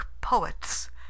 POETS